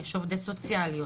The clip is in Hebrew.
יש עובדות סוציאליות,